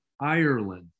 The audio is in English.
Ireland